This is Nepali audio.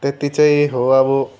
त्यत्ति चाहिँ हो अब